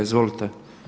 Izvolite.